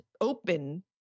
open